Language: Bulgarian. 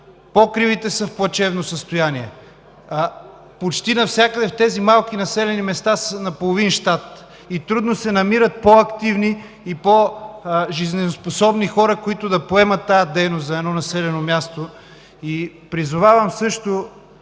Покривите са в плачевно състояние. Почти навсякъде в тези малки населени места са на половин щат и трудно се намират по-активни и по-жизнеспособни хора, които да поемат тази дейност за едно населено място.